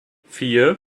vier